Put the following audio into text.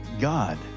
God